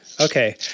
Okay